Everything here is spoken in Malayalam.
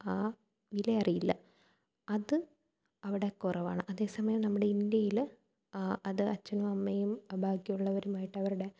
വിലയറിയില്ല അത് അവിടെ കുറവാണ് അതേസമയം നമ്മുടെ ഇന്ത്യയിൽ അത് അച്ഛനും അമ്മയും ബാക്കിയുള്ളവരുമായിട്ടവരുടെ